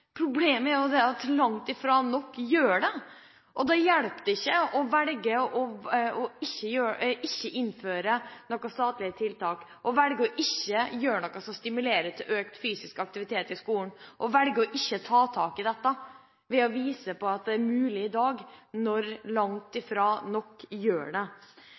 Problemet er at langt fra nok gjør det, og da hjelper det ikke å velge ikke å innføre noen statlige tiltak, velge ikke å gjøre noe som stimulerer til økt fysisk aktivitet i skolen, og velge ikke å ta tak i dette, ved å vise til at det er mulig i dag, når langt fra nok gjør det.